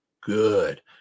good